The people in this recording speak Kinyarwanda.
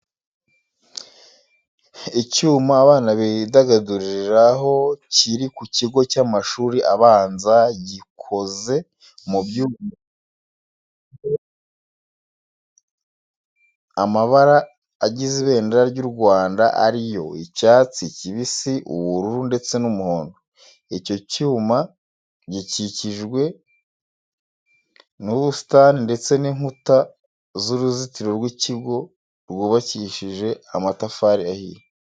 Icyuma abana bidagaduriraho kiri ku kigo cy'amashuri abanza, gikoze mu byuma bisize amabara agize ibendera ry'u Rwanda ari yo icyatsi kibisi, ubururu ndetse n'umuhondo. Icyo cyuma gikikijwe n'ibisitani ndetse n'inkuta z'uruzitiro rw'ikigo rwubakishije amatafari ahiye.